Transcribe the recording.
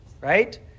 right